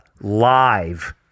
live